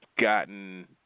gotten